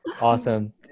Awesome